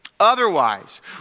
Otherwise